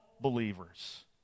believers